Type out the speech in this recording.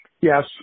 Yes